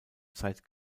zeit